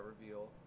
reveal